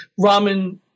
ramen